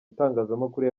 itangazamakuru